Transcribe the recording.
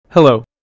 Hello